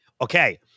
Okay